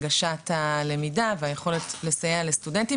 להנגשת הלמידה וליכולת לסייע לסטודנטים